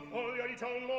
already told